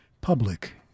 public